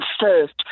first